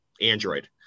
android